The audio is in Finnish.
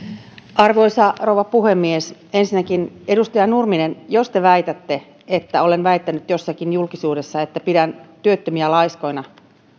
arvoisa rouva puhemies ensinnäkin edustaja nurminen jos te väitätte että olen väittänyt jossakin julkisuudessa että pidän työttömiä laiskoina